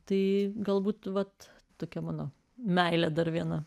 tai galbūt vat tokia mano meilė dar viena